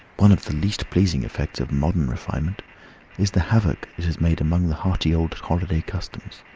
one of the least pleasing effects of modern refinement is the havoc it has made among the hearty old holiday customs.